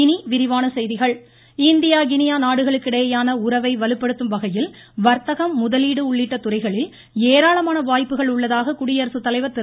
இனி விரிவான செய்திகள் ராம்நாத்கோவிந்த் இந்தியா கினியா நாடுகளுக்கிடையேயான உறவை வலுப்படுத்தும் வகையில் வர்த்தகம் முதலீடு உள்ளிட்ட துறைகளில் ஏராளமான வாய்ப்புகள் உள்ளதாக குடியரசுத்தலைவர் திரு